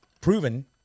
proven